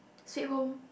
sweet home